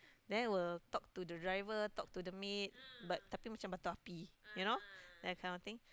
then will talk to the driver talk to the maid but tetapi macam batu api you know that kind of thing